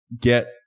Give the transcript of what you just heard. get